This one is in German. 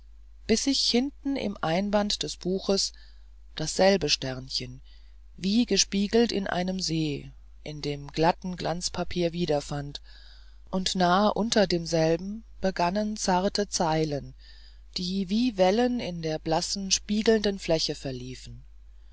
bis ich hinten im einband des buches dasselbe sternchen wie gespiegelt in einem see in dem glatten glanzpapier wiederfand und nah unter demselben begannen zarte zeilen die wie wellen in der blassen spiegelnden fläche verliefen